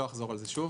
לא אחזור על זה שוב.